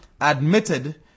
admitted